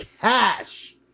cash